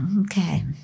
Okay